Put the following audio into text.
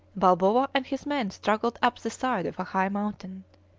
balboa and his men struggled up the side of a high mountain.